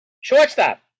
Shortstop